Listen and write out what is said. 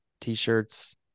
t-shirts